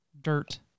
dirt